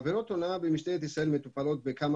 עבירות הונאה במשטרת ישראל מטופלות בכמה